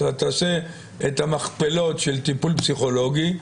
תעשה את מכפלות של טיפול פסיכולוגי,